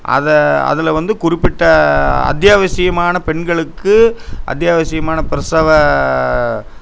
அது அதில் வந்து குறிப்பிட்ட அத்தியாவசியமான பெண்களுக்கு அத்தியாவசியமான பிரசவ